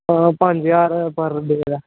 हां पंज ज्हार पर बन्दे दा